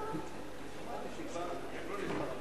גם כשאין תשתית צריך לצאת לרפורמה?